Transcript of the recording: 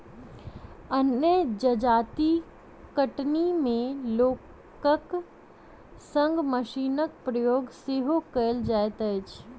अन्य जजाति कटनी मे लोकक संग मशीनक प्रयोग सेहो कयल जाइत अछि